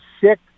sick